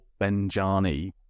Benjani